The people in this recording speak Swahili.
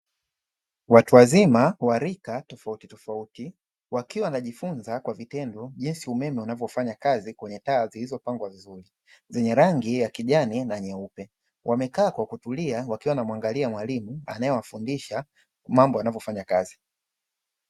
Watu wazima wa rika tofautitofauti wakiwa wanajifunza kwa vitendo jinsi umeme unavyofanya kazi kwenye taa zenye rangi ya kijani na nyeupe. Wamekaa kwa kutulia wakiwa wanamwangalia mwalimu anayewafundisha mambo yanavyofanya kazi.